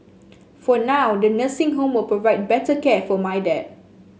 for now the nursing home will provide better care for my dad